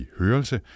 hørelse